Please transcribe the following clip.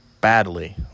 badly